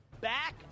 back